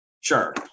Sure